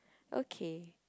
okay